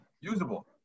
usable